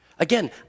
Again